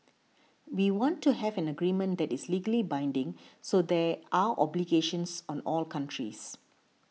we want to have an agreement that is legally binding so there are obligations on all countries